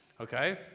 Okay